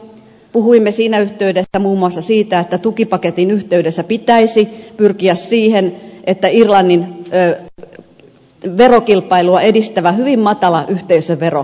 puhuimme siinä yhteydessä muun muassa siitä että tukipaketin yhteydessä pitäisi pyrkiä siihen että irlannin verokilpailua edistävä hyvin matala yhteisövero nostettaisiin